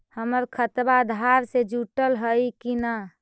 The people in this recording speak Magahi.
हमर खतबा अधार से जुटल हई कि न?